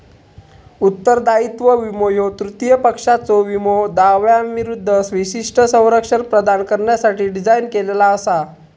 उत्तरदायित्व विमो ह्यो तृतीय पक्षाच्यो विमो दाव्यांविरूद्ध विशिष्ट संरक्षण प्रदान करण्यासाठी डिझाइन केलेला असा